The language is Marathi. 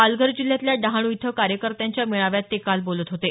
पालघर जिल्ह्यातल्या डहाणू इथं कार्यकर्त्यांच्या मेळाव्यात ते काल बोलत होते